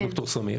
ד"ר סמיר